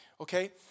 okay